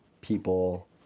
people